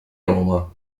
roma